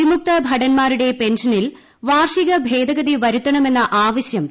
വിമുക്തഭടൻമാരുടെ പെൻഷനിൽ വാർഷിക ഭേദഗതി വരുത്തണമെന്ന ആവശ്യം തള്ളി